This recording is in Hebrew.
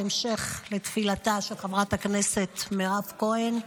בהמשך לתפילתה של חברת הכנסת מירב כהן,